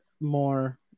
more